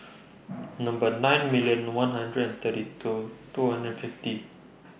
Number nine million one hundred and thirty two two hundred and fifty